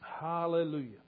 Hallelujah